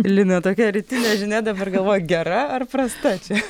lina tokia rytinė žinia dabar galvoju gera ar prasta čia